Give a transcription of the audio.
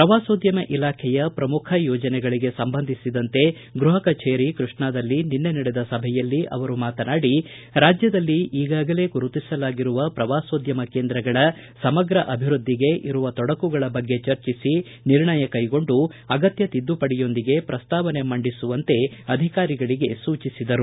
ಪ್ರವಾಸೋದ್ಯಮ ಇಲಾಖೆಯ ಪ್ರಮುಖ ಯೋಜನೆಗಳಗೆ ಸಂಬಂಧಿಸಿದಂತೆ ಗೃಪ ಕಚೇರಿ ಕೃಷ್ಣಾದಲ್ಲಿ ನಿನ್ನೆ ನಡೆದ ಸಭೆಯಲ್ಲಿ ಅವರು ಮಾತನಾಡಿ ರಾಜ್ಯದಲ್ಲಿ ಈಗಾಗಲೇ ಗುರುತಿಸಲಾಗಿರುವ ಪ್ರವಾಸೋದ್ಯಮ ಕೇಂದ್ರಗಳ ಸಮಗ್ರ ಅಭಿವೃದ್ದಿಗೆ ಇರುವ ತೊಡಕುಗಳ ಬಗ್ಗೆ ಚರ್ಚಿಸಿ ನಿರ್ಣಯ ಕೈಗೊಂಡು ಅಗತ್ಯ ತಿದ್ದುಪಡಿಯೊಂದಿಗೆ ಪ್ರಸ್ತಾವನೆ ಮಂಡಿಸುವಂತೆ ಅಧಿಕಾರಿಗಳಿಗೆ ಸೂಚಿಸಿದರು